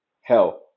Hell